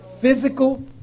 Physical